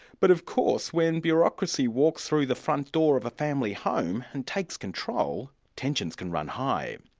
but of course when bureaucracy walks through the front door of a family home and takes control, tensions can run high.